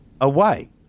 away